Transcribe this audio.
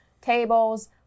tables